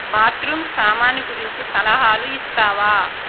bathroom సామాను గురించి సలహాలు ఇస్తావా